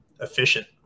efficient